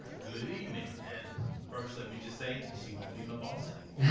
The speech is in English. good evening, and first let me just say, she won't be my boss anymore.